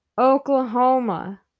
Oklahoma